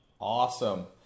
Awesome